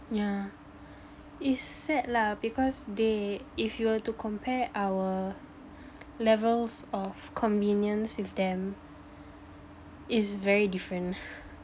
yeah it's sad lah because they if you were to compare our levels of convenience with them is very different